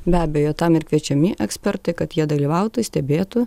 be abejo tam ir kviečiami ekspertai kad jie dalyvautų stebėtų